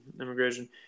immigration